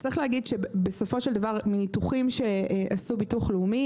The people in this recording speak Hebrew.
צריך להגיד שבסופו של דבר מניתוחים שעשה ביטוח לאומי